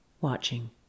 watching